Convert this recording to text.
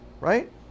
Right